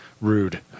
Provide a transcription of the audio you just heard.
Rude